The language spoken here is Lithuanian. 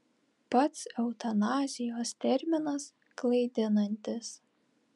pats eutanazijos terminas klaidinantis